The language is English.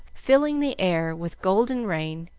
filling the air with golden rain,